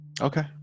Okay